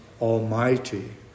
Almighty